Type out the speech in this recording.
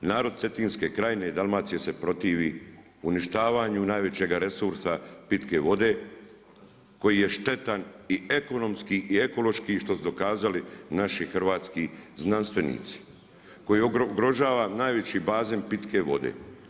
I narod Cetinske krajine i Dalmacije se protivi uništavanju najvećega resursa pitke vode koji je štetan i ekonomski i ekološki i što su dokazali i naši hrvatski znanstvenici, koji ugrožava najveći bazen pitke vode.